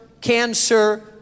cancer